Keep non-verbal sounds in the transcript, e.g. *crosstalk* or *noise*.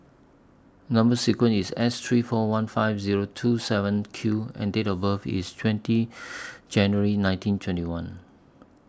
Number sequence IS S three four one five Zero two seven Q and Date of birth IS twenty *noise* January nineteen twenty one